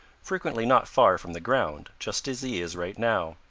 frequently not far from the ground, just as he is right now.